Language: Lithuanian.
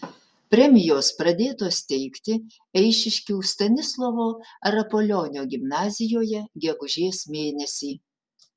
premijos pradėtos teikti eišiškių stanislovo rapolionio gimnazijoje gegužės mėnesį